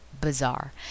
bizarre